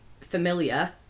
familiar